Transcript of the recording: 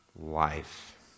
life